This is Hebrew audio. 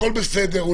הכול בסדר,